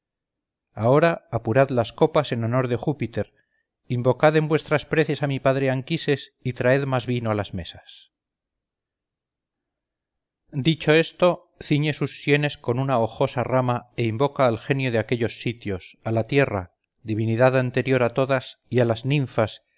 ahora apurad las copas en honor de júpiter invocad en vuestras preces a mi padre anquises y traed más vino a las mesas dicho esto ciñe sus sienes con una hojosa rama e invoca al genio de aquellos sitios a la tierra divinidad anterior a todas y a las ninfas